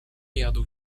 jadł